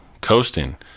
coasting